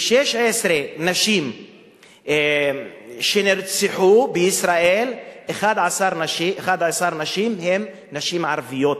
מ-16 נשים שנרצחו בישראל 11 נשים הן נשים ערביות.